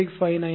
9659 0